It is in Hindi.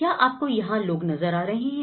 क्या आपको यहां लोग नजर आ रहे हैं